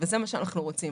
וזה מה שאנחנו רוצים.